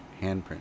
handprint